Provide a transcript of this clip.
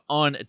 on